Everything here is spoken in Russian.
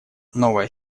новая